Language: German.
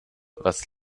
was